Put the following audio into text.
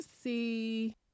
see